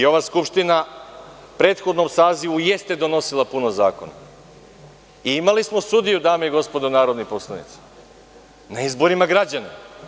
Ova skupština u prethodnom sazivu jeste donosila puno zakona i imali smo sudiju, dame i gospodo narodni poslanici, na izborima građana.